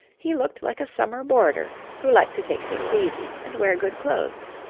he looked like a summer boarder who liked to take things easy and wear good clothes.